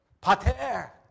Pater